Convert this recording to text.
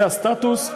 זה הסטטוס.